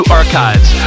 archives